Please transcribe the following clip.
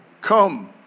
come